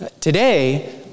Today